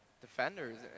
Defenders